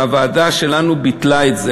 והוועדה שלנו ביטלה את זה,